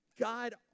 God